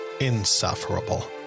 Insufferable